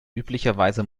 üblicherweise